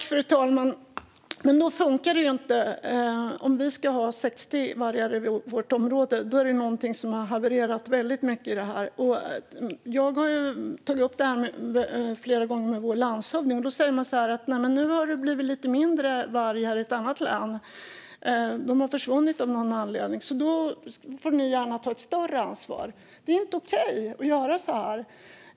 Fru talman! Men då funkar det ju inte om vi ska ha 60 vargar i vårt område. Då är det någonting som har havererat väldigt mycket. Jag har flera gånger tagit upp med vår landshövding att man säger så här: Nu har det blivit lite mindre varg i ett annat län. De har försvunnit av någon anledning. Då får ni gärna ta ett större ansvar. Det är inte okej att göra så här!